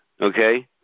Okay